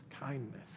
kindness